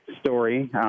story